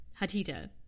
Hatita